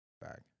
back